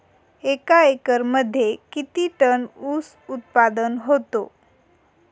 एका एकरमध्ये किती टन ऊस उत्पादन होतो?